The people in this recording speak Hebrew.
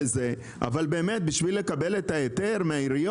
זה מקצר חלק מהזמן.